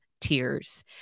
tears